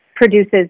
produces